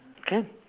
can